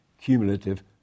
cumulative